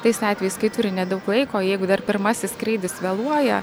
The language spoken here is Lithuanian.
tais atvejais kai turi nedaug laiko jeigu dar pirmasis skrydis vėluoja